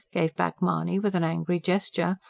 gave back mahony with an angry gesture,